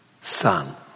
Son